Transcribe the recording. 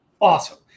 Awesome